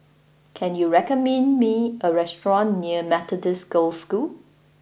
can you recommend me a restaurant near Methodist Girls' School